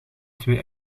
twee